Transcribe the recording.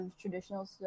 traditional